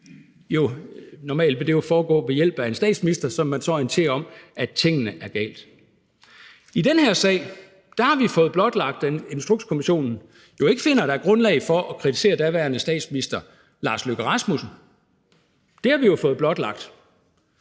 ind. Normalt vil det jo foregå ved hjælp af en statsminister, som man så orienterer om at noget er galt. I den her sag har vi jo fået blotlagt, at Instrukskommissionen ikke finder, at der er grundlag for at kritisere daværende statsminister Lars Løkke Rasmussen. Det har vi jo fået blotlagt.